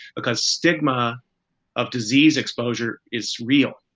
because stigma of disease exposure is real.